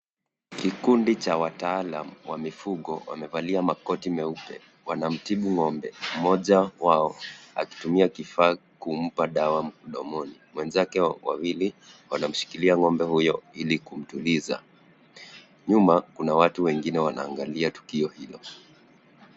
Kikundi cha wataalam wa mifugo wamevalia makoti meupe, wanamtibu ng'ombe. Mmoja wao akitumia kifaa kumpa dawa mdomoni, wenzake wawili wanamshikilia ng'ombe huyo ili kumtuliza. Nyuma, kuna watu wengine wanaangalia tukio hilo.